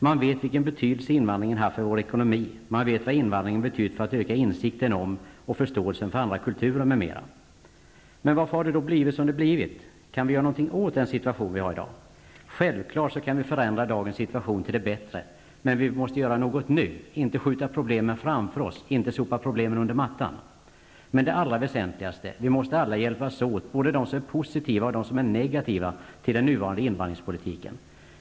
Man vet vilken betydelse invandringen har haft för vår ekonomi. Man vet vad invandringen betytt för att öka insikten om och förståelsen för andra kulturer, m.m. Men varför har det då blivit som det har blivit? Kan vi göra något åt den situation som vi har i dag? Självfallet kan vi förändra dagens situation till det bättre, men vi måste göra något nu, inte skjuta problemen framför oss och inte sopa problemen under mattan. Men det allra väsentligaste är att vi alla måste hjälpas åt, både de som är positiva och de som är negativa till den nuvarande invandringspolitiken.